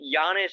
Giannis